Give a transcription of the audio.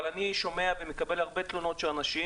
אני שומע ומקבל הרבה תלונות של אנשים,